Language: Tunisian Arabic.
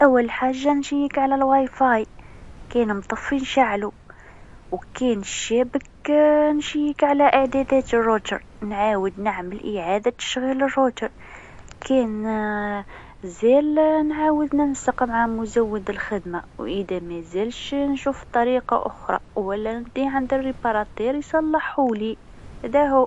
إذا الإنترنت ما عاديش، أول حاجة نتأكد من الراوتر، نشوف إذا كان شغال ولا لا. بعدين، نعيد تشغيله. إذا المشكلة ما زالت، نتحقق من الأسلاك والاتصال بالشبكة. إذا لزم الأمر، نرجع لجهاز الكمبيوتر ونتأكد من الإعدادات. وإذا ما زالت المشكلة، نتصل بمزود الخدمة.